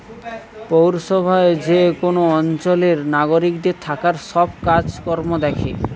পৌরসভা যে কোন অঞ্চলের নাগরিকদের থাকার সব কাজ কর্ম দ্যাখে